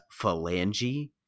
phalange